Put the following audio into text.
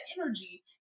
energy